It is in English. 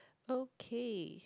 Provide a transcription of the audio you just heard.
okay